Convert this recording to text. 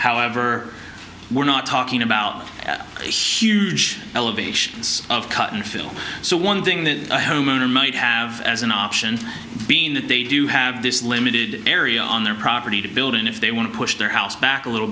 however we're not talking about huge elevations of cotton field so one thing that a homeowner might have as an option being that they do have this limited area on their property to build in if they want to push their house back a little